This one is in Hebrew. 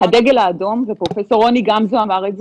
הדגל האדום פרופ' רוני גמזו אמר את זה,